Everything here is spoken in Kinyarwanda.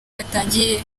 yatangiye